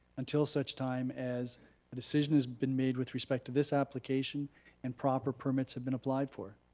until such time as a decision has been made with respect to this application and proper permits have been applied for.